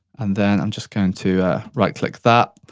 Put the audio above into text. and then, i'm just going to right click that.